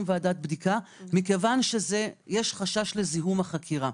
ועדת בדיקה מכיוון שיש חשש לזיהום החקירה.